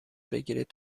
بگیرید